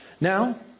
Now